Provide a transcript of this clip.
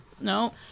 No